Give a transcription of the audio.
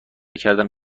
کردم